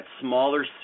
smaller